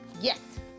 Yes